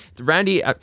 Randy